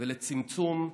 ולצמצום הסכסוך.